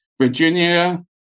Virginia